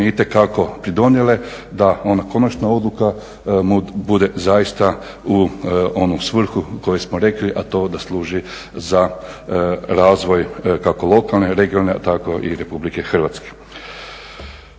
itekako pridonijele da ona konačna odluka bude zaista u onu svrhu koju smo rekli, a to je da služi za razvoj kako lokalne, regionalne a tako i RH.